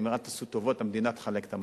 אני אומר: אל תעשו טובות, המדינה תחלק את המזון.